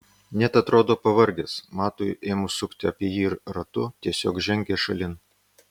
net atrodo pavargęs matui ėmus sukti apie jį ratu tiesiog žengia šalin